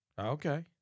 okay